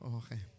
okay